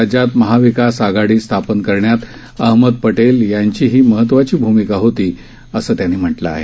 राज्यात महाविकास आघाडी स्थापन करण्यात अहमद पटेल यांचीही महत्वाची भूमिका होती असं त्यांनी म्हटलं आहे